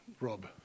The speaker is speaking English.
Rob